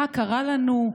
מה קרה לנו?